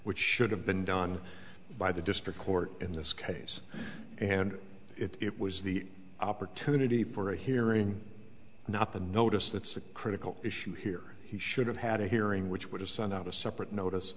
which should have been done by the district court in this case and it was the opportunity for a hearing not the notice that's a critical issue here he should have had a hearing which would have sent out a separate notice